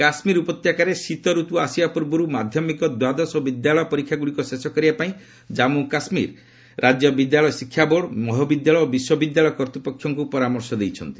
କାଶୁୀର ଉପତ୍ୟାକାରେ ଶୀତ ଋତ୍ର ଆସିବା ପୂର୍ବର୍ ମାଧ୍ୟମିକ ଦ୍ୱାଦଶ ଓ ବିଶ୍ୱବିଦ୍ୟାଳୟ ପରୀକ୍ଷାଗୁଡ଼ିକ ଶେଷ କରିବା ପାଇଁ ଜାମ୍ମୁ କାଶ୍ମୀର ରାଜ୍ୟ ବିଦ୍ୟାଳୟ ଶିକ୍ଷା ବୋର୍ଡ ମହାବିଦ୍ୟାଳୟ ଓ ବିଶ୍ୱବିଦ୍ୟାଳୟ କର୍ତ୍ତ୍ୱପକ୍ଷଙ୍କ ପରାମର୍ଶ ଦିଆଯାଇଛି